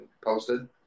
posted